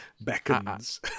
beckons